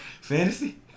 fantasy